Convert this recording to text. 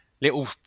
little